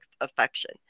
affection